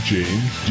James